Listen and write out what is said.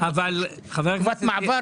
הזה.